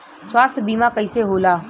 स्वास्थ्य बीमा कईसे होला?